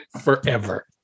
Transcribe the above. forever